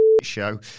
show